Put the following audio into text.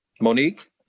Monique